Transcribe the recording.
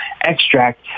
extract